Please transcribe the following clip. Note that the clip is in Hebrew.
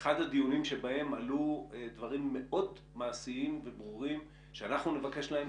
אחד הדיונים שבהם עלו דברים מאוד מעשיים וברורים שאנחנו נבקש להם